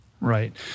Right